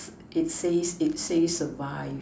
it says it says survive